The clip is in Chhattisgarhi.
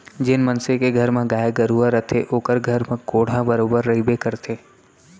जेन मनसे के घर म गाय गरूवा रथे ओकर घर म कोंढ़ा बरोबर रइबे करथे